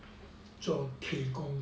做铁工